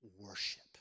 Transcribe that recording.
worship